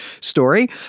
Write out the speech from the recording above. story